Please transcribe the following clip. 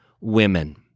women